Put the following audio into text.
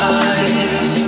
eyes